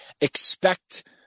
expect